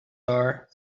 are